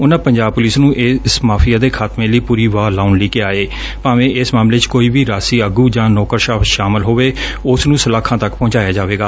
ਉਨੁਾ ਪੰਜਾਬ ਪੁਲਿਸ ਨੂੰ ਇਸ ਮਾਫ਼ੀਆ ਦੇ ਖਾਤਮੇ ਲਈ ਪੁਰੀ ਵਾਹ ਲਾਉਣ ਲਈ ਕਿਹਾ ਏ ਭਾਵੇ ਇਸ ਮਾਮਲੇ ਚ ਕੋਈ ਵੀ ਰਾਜਸੀ ਆਗੁ ਜਾਂ ਨੌਕਰਸ਼ਾਹ ਸ਼ਾਮਲ ਹੋਵੇ ਉਸ ਨੂੰ ਸਲਾਖਾਂ ਤੱਕ ਪਹੁੰਚਾਇਆ ਜਾਵੇਗਾ